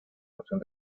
noción